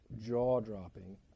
jaw-dropping